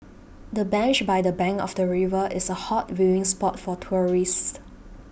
the bench by the bank of the river is a hot viewing spot for tourists